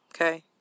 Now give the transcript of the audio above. okay